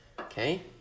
Okay